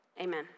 amen